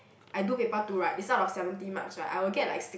I do paper two right is out of seventy marks right I will get like six